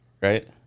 right